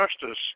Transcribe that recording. justice